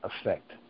effect